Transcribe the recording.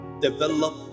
develop